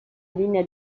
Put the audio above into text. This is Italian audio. linea